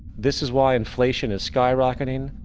this is why inflation is skyrocketing,